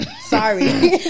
sorry